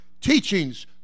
teachings